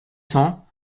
cent